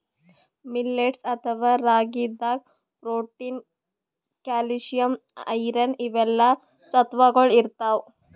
millets ಅಥವಾ ರಾಗಿದಾಗ್ protein, calcium, iron ಇವೆಲ್ಲಾ ಸತ್ವಗೊಳ್ ಇರ್ತವ್